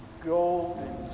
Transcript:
Golden